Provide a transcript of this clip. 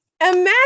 imagine